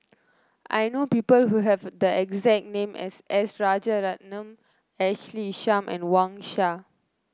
I know people who have the exact name as S Rajaratnam Ashley Isham and Wang Sha